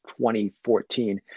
2014